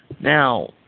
Now